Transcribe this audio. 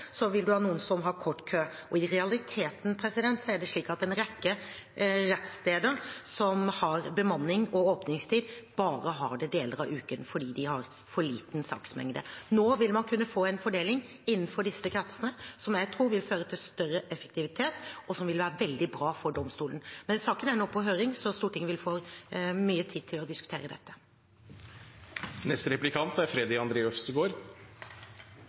som har lang kø, og man vil ha noen som har kort kø. I realiteten har en rekke rettssteder som har bemanning og åpningstid, det bare deler av uken fordi de har for liten saksmengde. Nå vil man kunne få en fordeling innenfor disse kretsene som jeg tror vil føre til større effektivitet, og som vil være veldig bra for domstolen. Saken er nå på høring, så Stortinget vil få mye tid til å diskutere